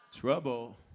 Trouble